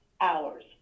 hours